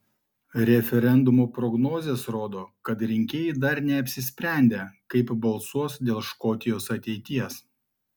referendumo prognozės rodo kad rinkėjai dar neapsisprendę kaip balsuos dėl škotijos ateities